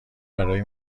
برای